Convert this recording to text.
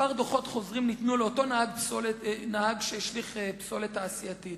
כמה דוחות חוזרים ניתנו לאותו נהג שהשליך פסולת תעשייתית,